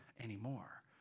anymore